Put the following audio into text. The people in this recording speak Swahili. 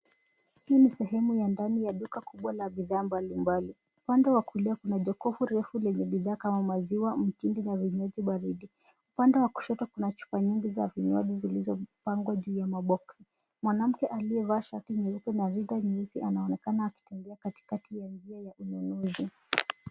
Hii ni sehemu ya ndani ya duka kubwa la bidhaa mbalimbali. Upande wa kulia kuna jokofu refu lenye bidhaa kama maziwa, mtindi na vinywaji baridi. Upande wa kushoto kuna chupa nyingi za vinywaji zilizopangwa juu ya maboksi. Mwanamke aliyevaa shati nyeupe na rinda nyeusi anaonekana akitembea katikati ya njia ya ununuzi.